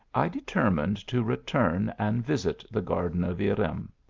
i determined to return and visit the garden of irem.